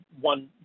one